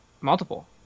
multiple